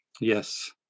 Yes